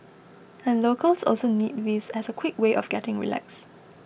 and locals also need this as a quick way of getting relaxed